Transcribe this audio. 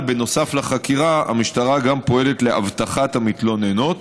בנוסף לחקירה המשטרה גם פועלת לאבטחת המתלוננות